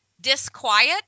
Disquiet